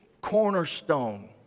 cornerstone